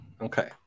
Okay